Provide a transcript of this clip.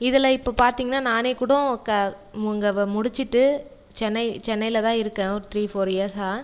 இதில் இப்போ பார்த்தீங்னா நானே கூட க முங் க முடித்திட்டு சென்னை சென்னையிலதான் இருக்கேன் ஒரு த்ரீ ஃபோர் இயர்ஸா